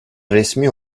resmi